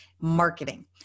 marketing